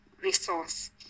resource